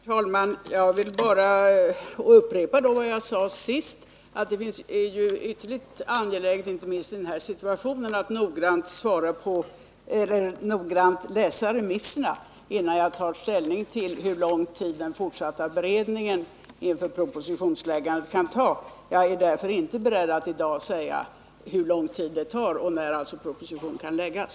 Herr talman! Jag vill bara upprepa vad jag sade sist, att det är ytterligt angeläget — inte minst i den nu uppkomna situationen — att noggrant läsa remissvaren innan jag tar ställning till hur lång tid den fortsatta beredningen av läroplansförslaget kan ta. Jag är därför inte beredd att i dag säga när en proposition kan framläggas.